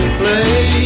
play